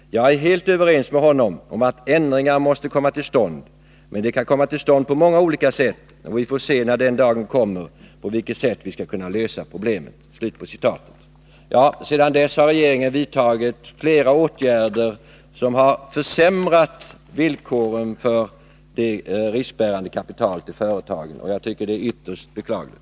Jag är helt överens med honom om att ändringar måste komma till stånd, men de kan komma till stånd på många olika sätt, och vi får se när den dagen kommer på vilket sätt vi skall kunna lösa problemet.” Sedan dess har regeringen vidtagit flera åtgärder som har försämrat villkoren för det riskbärande kapitalet i företagen, och det tycker jag är ytterst beklagligt.